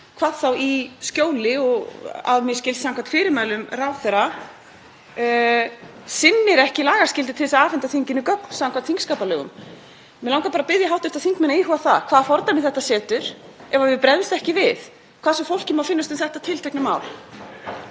hvað þá í skjóli og að mér skilst samkvæmt fyrirmælum ráðherra, sinnir ekki lagaskyldu til að afhenda þinginu gögn samkvæmt þingskapalögum. Mig langar bara að biðja hv. þingmenn að íhuga það hvaða fordæmi þetta setur ef við bregðumst ekki við, hvað sem fólki kann að finnast um þetta tiltekna mál.